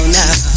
now